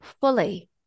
fully